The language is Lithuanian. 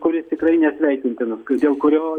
kuris tikrai nesveikintinas dėl kurio